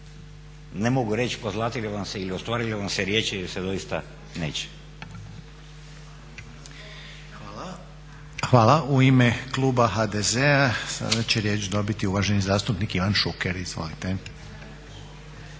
ne mogu reći pozlatile vam se ili ostvarile vam se riječi jer se doista neće. **Reiner, Željko (HDZ)** Hvala. U ime kluba HDZ-a sada će riječ dobiti uvaženi zastupnik Ivan Šuker. Izvolite.